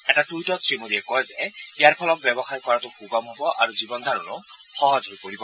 এটা টুইটত শ্ৰীমোদীয়ে কয় যে ইয়াৰ ফলত ব্যৱসায় কৰাটো সুগম হব আৰু জীৱন ধাৰণো সহজ হৈ পৰিব